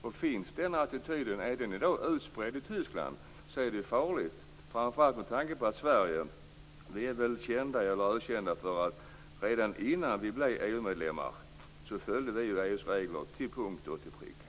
Om den attityden är utspridd i Tyskland i dag är det farligt, framför allt med tanke på att vi i Sverige är ökända för att vi redan innan vi blev EU-medlemmar följde EU:s regler till punkt och pricka.